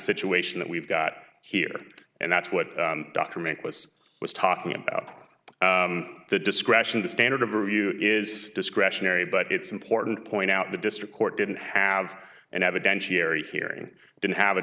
situation that we've got here and that's what document was was talking about the discretion the standard of review is discretionary but it's important to point out the district court didn't have an evidentiary hearing didn't have a